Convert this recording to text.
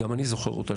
גם אני זוכר אותה,